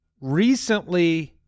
Recently